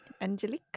Angelica